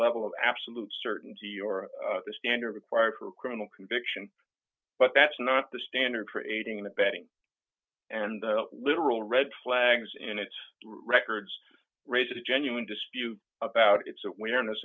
level of absolute certainty or the standard required for criminal conviction but that's not the standard for aiding and abetting and literal red flags in its records raises a genuine dispute about it